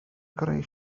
greu